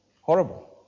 Horrible